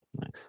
Nice